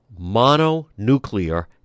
mononuclear